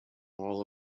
all